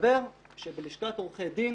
מסתבר שבלשכת עורכי הדין